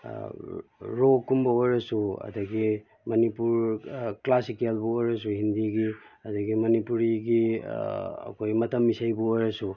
ꯔꯣꯛꯀꯨꯝꯕ ꯑꯣꯏꯔꯁꯨ ꯑꯗꯨꯗꯒꯤ ꯃꯅꯤꯄꯨꯔ ꯀ꯭ꯂꯥꯁꯤꯀꯦꯜꯕꯨ ꯑꯣꯏꯔꯁꯨ ꯍꯤꯟꯗꯤꯒꯤ ꯑꯗꯨꯗꯒꯤ ꯃꯅꯤꯄꯨꯔꯤꯒꯤ ꯑꯩꯈꯣꯏ ꯃꯇꯝ ꯏꯁꯩꯕꯨ ꯑꯣꯏꯔꯁꯨ